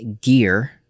Gear